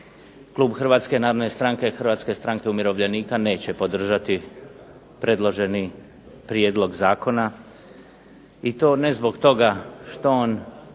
Klub Hrvatske narodne stranke, Hrvatske stranke umirovljenika neće podržati predloženi prijedlog zakona i to ne zbog toga što on